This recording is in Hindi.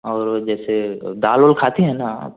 और जैसे दाल वाल खाती हैं ना